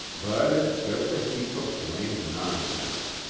but it's just a heap of blamed nonsense.